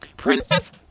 Princess